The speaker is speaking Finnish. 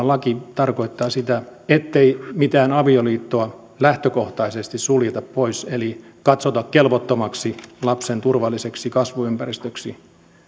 laki tarkoittaa sitä ettei mitään avioliittoa lähtökohtaisesti suljeta pois eli katsota kelvottomaksi lapsen kasvuympäristöksi